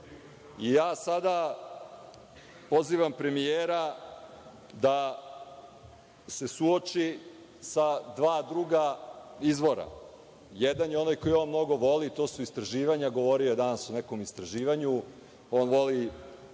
tačan. Sada pozivam premijera da se suoči sa dva druga izvora. Jedan je onaj koji on mnogo voli, a to su istraživanja. Govorio je danas o nekom istraživanju. On voli